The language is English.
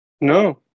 No